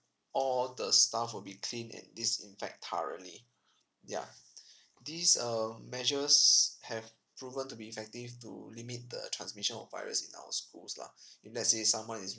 all the stuff will be cleaned and disinfect thoroughly yeah this um measures have proven to be effective to limit the transmission of virus in our schools lah if let's say someone is